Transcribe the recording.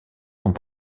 sont